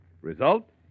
Result